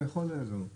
אתה יכול להצביע.